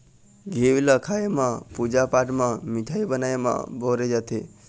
घींव ल खाए म, पूजा पाठ म, मिठाई बनाए म बउरे जाथे